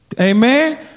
Amen